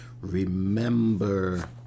Remember